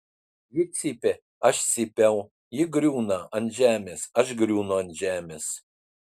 ji cypė aš cypiau ji griūna ant žemės aš griūnu ant žemės